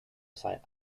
sight